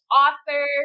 author